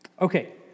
Okay